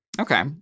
Okay